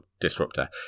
disruptor